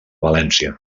valència